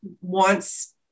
wants